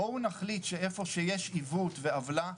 בואו נחליט שאיפה שיש עיוות ועוולה,